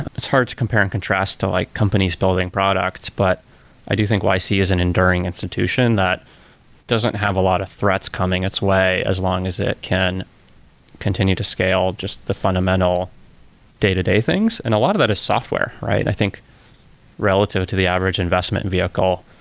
it's hard to compare and contrast to like companies building products. but i do think yc is an enduring institution, that doesn't have a lot of threats coming its way, as long as it can continue to scale just the fundamental day-to-day things. and a lot of that is software, right? i think relative to the average investment vehicle,